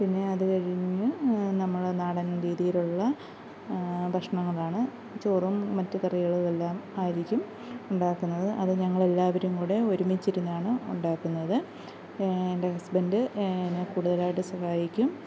പിന്നെ അതു കഴിഞ്ഞ് നമ്മൾ നാടൻ രീതിയിലുള്ള ഭക്ഷണങ്ങളാണ് ചോറും മറ്റ് കറികളും എല്ലാം ആയിരിക്കും ഉണ്ടാക്കുന്നത് അത് ഞങ്ങൾ എല്ലാവരും കൂടെ ഒരുമിച്ചിരുന്നാണ് ഉണ്ടാക്കുന്നത് എൻ്റെ ഹസ്ബൻഡ് എന്നെ കൂടുതലായിട്ട് സഹായിക്കും